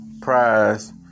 Prize